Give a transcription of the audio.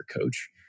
coach